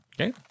Okay